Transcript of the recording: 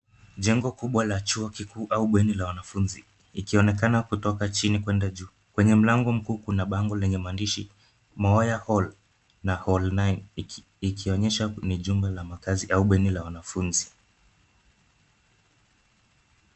Jengo kubwa la chuo kikuu au bweni la wanafunzi ikionekana kutoka chini kuenda juu. Kwenye mlango mkuu, kuna bango lenye maandishi Moya Hall na Hall 9 , ikionyesha ni jumba la makazi au bweni la wanafunzi.